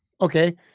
Okay